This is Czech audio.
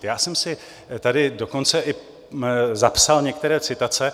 Já jsem si tady dokonce i zapsal některé citace.